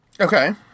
Okay